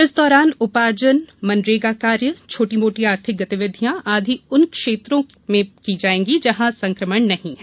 इस दौरान उपार्जन मनरेगा कार्य छोटी मोटी आर्थिक गतिविधियां आदि उन क्षेत्रों में की जाएंगी जहां संक्रमण नहीं है